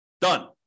Done